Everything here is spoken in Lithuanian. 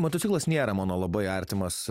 motociklas nėra mano labai artimas